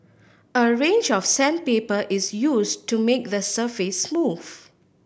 a range of sandpaper is use to make the surface smooth